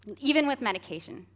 even with medication,